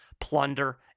plunder